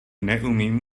neumím